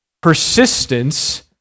Persistence